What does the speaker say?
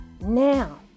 now